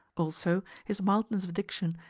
also, his mildness of diction,